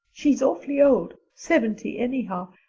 she's awfully old seventy anyhow